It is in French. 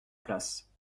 place